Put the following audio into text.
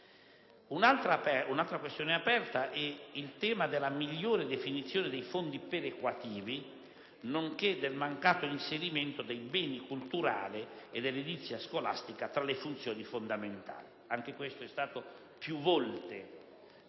Un'altra questione aperta è rappresentata poi dal tema della migliore definizione dei fondi perequativi, nonché del mancato inserimento dei beni culturali e dell'edilizia scolastica tra le funzioni fondamentali. Anche questo tema è stato più volte